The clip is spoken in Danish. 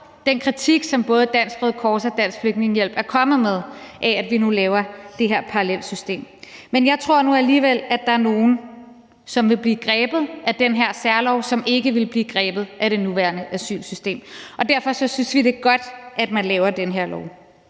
den kritik, som både Dansk Røde Kors og Dansk Flygtningehjælp er kommet med, af, at vi nu laver det her parallelsystem. Men jeg tror nu alligevel, at der er nogle, som vil blive grebet af den her særlov, som ikke ville være blevet grebet af det nuværende asylsystem. Derfor synes vi, det er godt, at man laver den her lov.